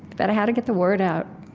but how to get the word out,